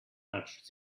touched